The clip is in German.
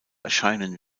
erscheinen